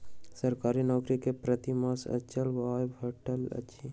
सरकारी नौकर के प्रति मास अचल आय भेटैत अछि